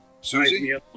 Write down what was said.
Susie